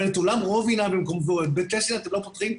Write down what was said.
אבל את אולם רובינא ובית לסין אתם לא פותחים.